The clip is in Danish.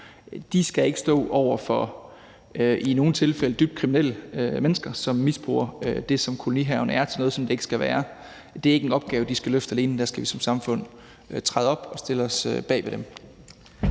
De skal ikke stå over for i nogle tilfælde dybt kriminelle mennesker, som misbruger det, som kolonihaven er, til noget, som det ikke skal være. Det er ikke en opgave, de skal løfte alene; der skal vi som samfund træde til og stille os bag ved dem.